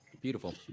Beautiful